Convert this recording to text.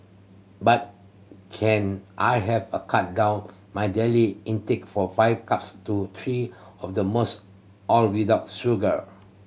but can I have a cut down my daily intake from five cups to three of the most all without sugar